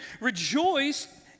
Rejoice